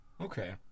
Okay